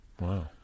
Wow